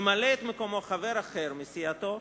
ימלא את מקומו חבר אחר מסיעתו,